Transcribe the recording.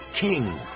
King